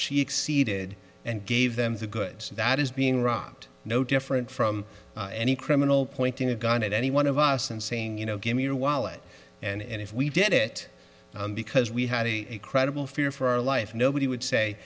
she exceeded and gave them the goods that is being robbed no different from any criminal pointing a gun at any one of us and saying you know give me your wallet and if we did it because we had a credible fear for our life nobody would say